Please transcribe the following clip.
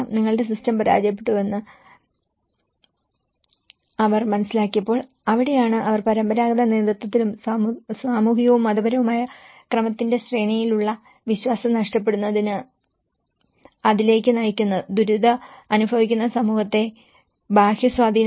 നിങ്ങളുടെ സിസ്റ്റം പരാജയപ്പെട്ടുവെന്ന് അവർ മനസ്സിലാക്കിയപ്പോൾ അവിടെയാണ് അവർ പരമ്പരാഗത നേതൃത്വത്തിലും സാമൂഹികവും മതപരവുമായ ക്രമത്തിന്റെ ശ്രേണിയിലുള്ള വിശ്വാസം നഷ്ടപ്പെടുന്നതിലേക്ക് നയിക്കുന്നത് ദുരിതമനുഭവിക്കുന്ന സമൂഹത്തെ ബാഹ്യ സ്വാധീനത്തിന് കൂടുതൽ സാധ്യതയുള്ളതാക്കുന്നു